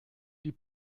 die